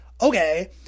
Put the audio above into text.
okay